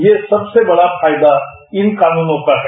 ये सबसे बड़ा फायदा इन कानूनों का है